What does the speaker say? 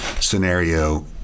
scenario